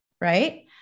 right